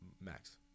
Max